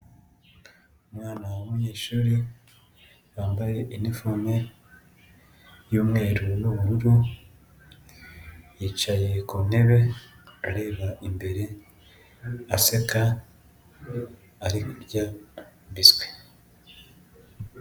Umwana w'umunyeshuri wambaye inifome y'umweru n'ubururu yicaye ku ntebe areba imbere aseka arikurya biswi.